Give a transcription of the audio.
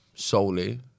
solely